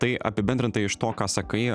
tai apibendrintai iš to ką sakai